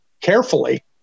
carefully